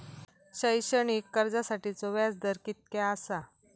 शैक्षणिक कर्जासाठीचो व्याज दर कितक्या आसा?